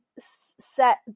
set